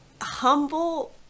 humble